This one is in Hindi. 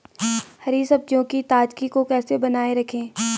हरी सब्जियों की ताजगी को कैसे बनाये रखें?